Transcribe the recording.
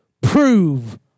prove